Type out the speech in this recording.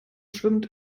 schwimmt